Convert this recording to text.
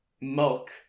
Milk